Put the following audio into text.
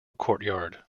courtyard